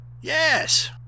Yes